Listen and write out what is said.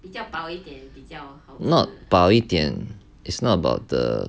not 薄一点 it's not about the